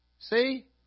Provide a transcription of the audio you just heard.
See